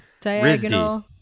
Diagonal